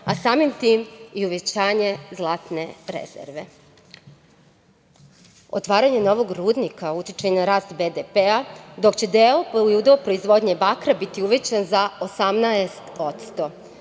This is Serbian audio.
a samim tim i uvećanje zlatne rezerve. Otvaranje novog rudnika utiče i na rast BDP-a, dok će deo, kao i udeo proizvodnje bakra biti uvećan za 18%, što